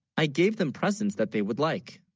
i gave them presents that they, would like